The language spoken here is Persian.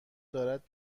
دارد